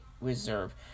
reserve